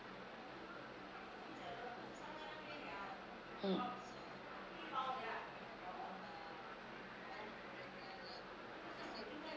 mm